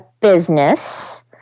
business